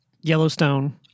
Yellowstone